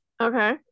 Okay